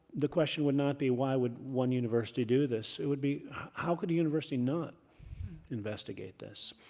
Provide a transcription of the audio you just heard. the question would not be why would one university do this, it would be how could a university not investigate this.